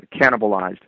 cannibalized